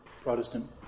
Protestant